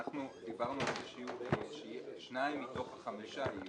דיברנו על זה שיהיו שניים מתוך חמישה.